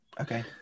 Okay